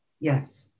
Yes